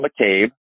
McCabe